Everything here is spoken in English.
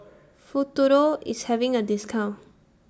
Futuro IS having A discount